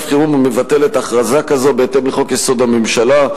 חירום ומבטלת הכרזה כזאת בהתאם לחוק-יסוד: הממשלה.